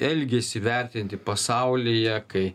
elgesį vertinti pasaulyje kai